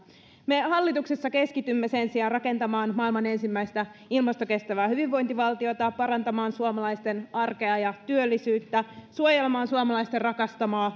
me hallituksessa keskitymme sen sijaan rakentamaan maailman ensimmäistä ilmastokestävää hyvinvointivaltiota ja parantamaan suomalaisten arkea ja työllisyyttä suojelemaan suomalaisten rakastamaa